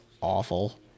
awful